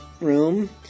room